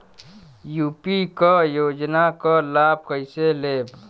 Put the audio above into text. UP क योजना क लाभ कइसे लेब?